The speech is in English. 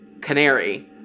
canary